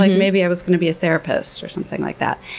like maybe i was going to be a therapist or something like that.